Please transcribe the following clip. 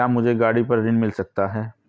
क्या मुझे गाड़ी पर ऋण मिल सकता है?